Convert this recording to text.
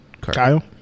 Kyle